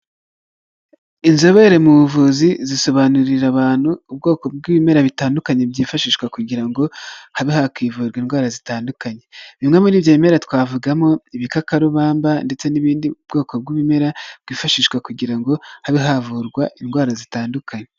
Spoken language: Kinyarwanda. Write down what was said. Inzobere mu buvuzi zisobanurira abantu ubwoko bw'ibimera bitandukanye, byifashishwa kugira ngo habe hakivuzwa indwara zitandukanye, bimwe muri ibyo bimera twavugamo ibikakarubamba ndetse n'ibindi bwoko bw'ibimera, bwifashishwa kugira ngo habe havurwa indwara zitandukanye.